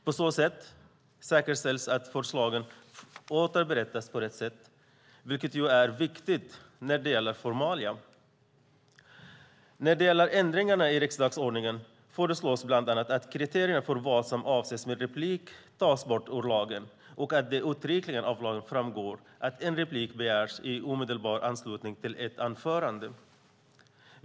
På så sätt säkerställs att förslagen återberättas på rätt sätt, vilket ju är viktigt när det gäller formalia: När det gäller ändringarna i riksdagsordningen föreslås bland annat att kriterierna för vad som avses med replik tas bort ur lagen och att det uttryckligen av lagen framgår att en replik begärs i omedelbar anslutning till ett anförande.